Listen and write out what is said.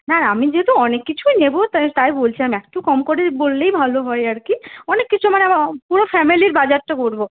না না আমি যেহেতু অনেক কিছুই নেব তাই তাই বলছিলাম একটু কম করে বললেই ভালো হয় আর কি অনেক কিছু মানে আমার পুরো ফ্যামিলির বাজারটা করব